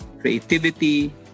creativity